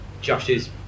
Josh's